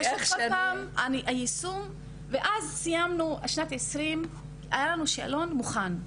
בשנת 2020 סיימנו והיה לנו שאלון מוכן.